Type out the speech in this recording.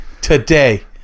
today